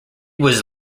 was